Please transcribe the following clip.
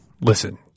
Listen